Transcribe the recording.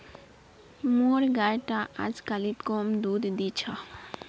मोर गाय टा अजकालित कम दूध दी छ